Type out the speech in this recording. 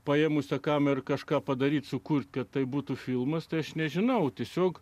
paėmusio kamerą kažką padaryti sukurti tai būtų filmas tai aš nežinau tiesiog